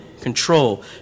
control